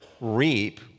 reap